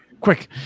quick